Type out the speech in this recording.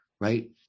right